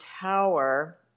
tower